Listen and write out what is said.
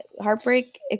heartbreak